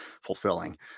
fulfilling